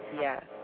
Yes